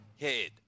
head